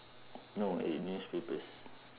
no I read newspapers